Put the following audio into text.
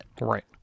Right